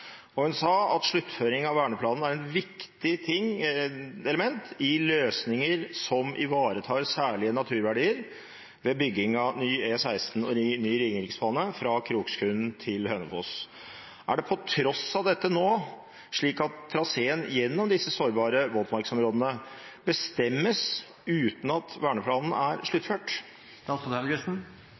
at sluttføring av verneplanen er viktig i en løsning som ivaretar viktige naturverdier ved bygging av ny E16 og ny Ringeriksbane fra Kroksund til Hønefoss. Er det på tross av dette nå slik at traseen gjennom de sårbare våtmarksområdene bestemmes uten at verneplanen er sluttført?»